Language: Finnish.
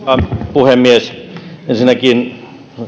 puhemies ensinnäkin